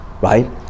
Right